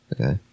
Okay